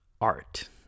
art